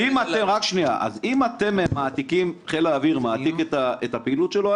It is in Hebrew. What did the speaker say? --- אז אם חיל האוויר מעתיק את הפעילות שלו,